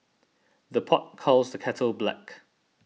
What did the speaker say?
the pot calls the kettle black